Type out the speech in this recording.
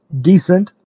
decent